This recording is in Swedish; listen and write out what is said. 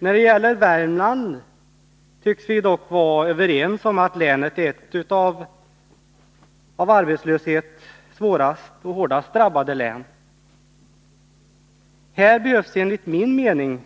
När det gäller Värmlands län tycks vi dock vara överens om att det är ett av de av arbetslöshet hårdast drabbade länen. Det behövs enligt min mening